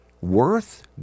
worth